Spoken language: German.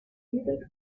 lübeck